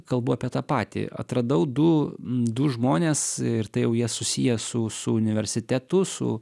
kalbu apie tą patį atradau du du žmones ir tai jau jie susiję su su universitetu su